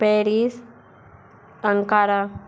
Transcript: Paris Ankara